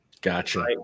Gotcha